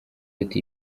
ati